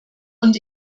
und